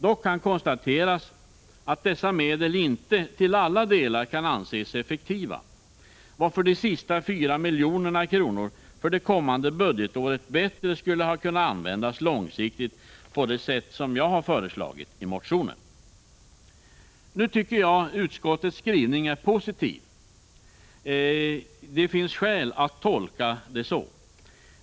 Dock kan konstateras att dessa medel inte till alla delar kan anses effektiva, varför de sista 4 miljonerna för det kommande budgetåret bättre skulle ha kunnat användas långsiktigt på det sätt som jag föreslagit i min motion. Nu tycker jag utskottets skrivning är positiv. Det finns skäl att tolka den så.